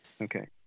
Okay